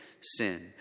sin